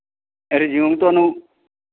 resume ਤੁਹਾਨੂੰ